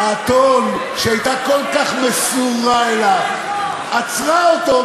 האתון, שהייתה כל כך מסורה לו, עצרה אותו.